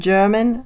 German